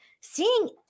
seeing